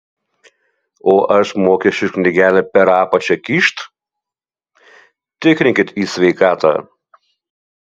o aš mokesčių knygelę per apačią kyšt tikrinkit į sveikatą